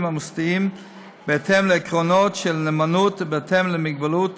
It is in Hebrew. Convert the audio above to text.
המוסדיים בהתאם לעקרונות של נאמנות ובהתאם להגבלות